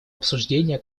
обсуждения